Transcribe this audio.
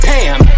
Pam